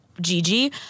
Gigi